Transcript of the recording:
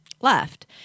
left